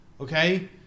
Okay